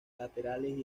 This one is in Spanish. laterales